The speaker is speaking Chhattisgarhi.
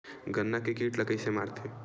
गन्ना के कीट ला कइसे मारथे?